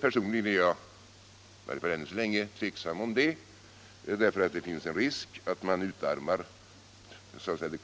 Personligen är jag i varje fall ännu så länge tveksam om det, därför att det finns en risk att det